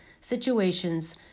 situations